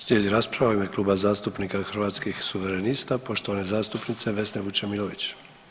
Slijedi rasprava u ime Kluba zastupnika Hrvatskih suverenista, poštovane zastupnice Vesne Vučemilović.